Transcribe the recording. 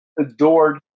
adored